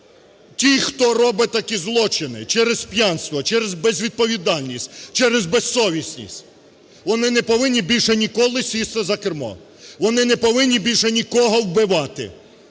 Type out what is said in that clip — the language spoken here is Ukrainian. Ті, хто роблять такі злочини через п'янство, через безвідповідальність, через безсовісність, вони не повинні більше ніколи сісти за кермо, вони не повинні більше нікого вбивати,